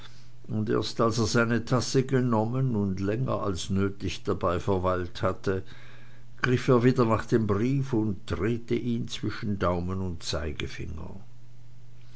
und erst als er eine tasse genommen und länger als nötig dabei verweilt hatte griff er wieder nach dem brief und drehte ihn zwischen daumen und zeigefinger